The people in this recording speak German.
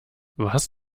was